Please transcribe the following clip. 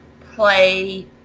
play